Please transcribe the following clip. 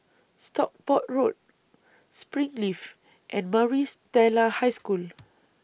Stockport Road Springleaf and Maris Stella High School